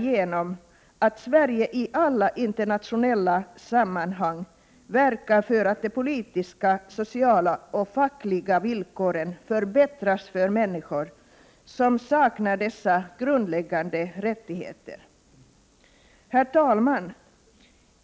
genom att Sverige i alla internationella sammanhang verkar för att de politiska, sociala och fackliga villkoren förbättras för människor som saknar dessa grundläggande rättigheter. Herr talman!